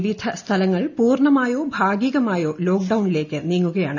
വിവിധ സ്ഥലങ്ങൾ പൂർണ്ണമായോ ഭാഗികമായോ ലോക്ഡൌണിലേക്ക് നീങ്ങുകയാണ്